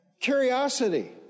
Curiosity